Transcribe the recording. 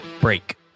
break